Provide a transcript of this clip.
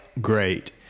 great